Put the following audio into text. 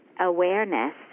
awareness